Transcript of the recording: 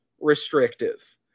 restrictive